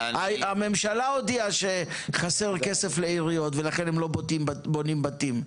הממשלה הודיעה שלעיריות חסר כסף ולכן הן לא בונות בתים.